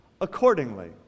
accordingly